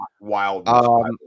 wild